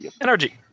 Energy